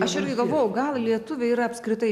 aš irgi galvojau gal lietuviai yra apskritai